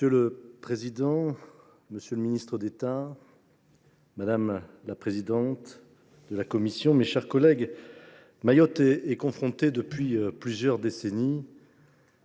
Monsieur le président, monsieur le ministre d’État, madame la présidente de la commission des lois, mes chers collègues, Mayotte est confrontée, depuis plusieurs décennies,